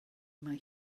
mai